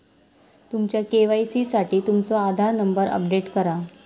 तुमच्या के.वाई.सी साठी तुमचो आधार नंबर अपडेट करा